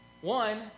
One